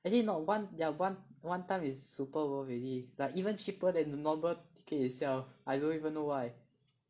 actually no one ya one one time is super worth already like even cheaper than the normal ticket itself I don't even know why